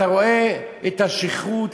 אתה רואה את השכרות,